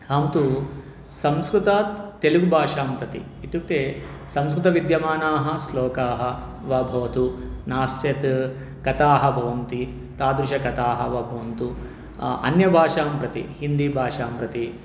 अहं तु संस्कृतात् तेलुगुभाषां प्रति इत्युक्ते संस्कृते विद्यमानाः श्लोकाः वा भवतु नास्ति चेत् कथाः भवन्ति तादृशकथाः वा भवन्तु अन्यभाषां प्रति हिन्दिभाषां प्रति